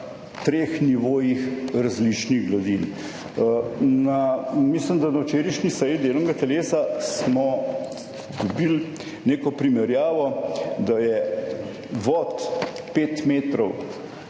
treh nivojih različnih gladin. Mislim, da na včerajšnji seji delovnega telesa smo dobili neko primerjavo, da je vod pet metrov